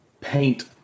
paint